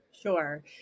Sure